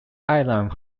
island